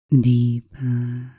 deeper